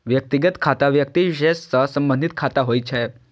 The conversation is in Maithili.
व्यक्तिगत खाता व्यक्ति विशेष सं संबंधित खाता होइ छै